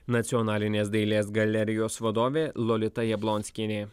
nacionalinės dailės galerijos vadovė lolita jablonskienė